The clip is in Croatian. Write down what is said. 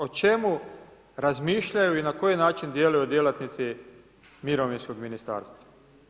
O čemu razmišljaju i na koji način djeluju djelatnici mirovinskog ministarstva?